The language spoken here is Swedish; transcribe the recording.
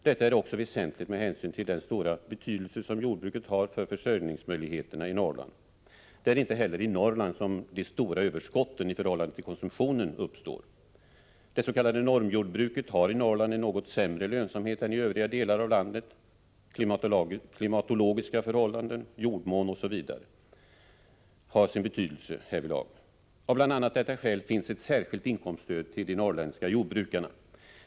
Detta är också väsentligt med hänsyn till den stora betydelse som jordbruket har för försörjningsmöjligheterna i Norrland. Det är inte heller i Norrland som de stora överskotten i förhållande till konsumtionen uppstår. Det s.k. normjordbruket har i Norrland en något sämre lönsamhet än i övriga delar av landet. Klimatologiska förhållanden, jordmån osv. har sin betydelse härvidlag. Av bl.a. detta skäl finns ett särskilt inkomststöd till de norrländska jordbrukarna.